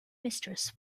mistress